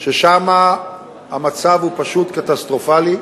שם הוא פשוט קטסטרופלי,